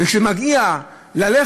וכשזה שמגיע ללחם,